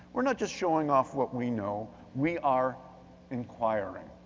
we're not just showing off what we know, we are inquiring.